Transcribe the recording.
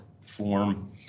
form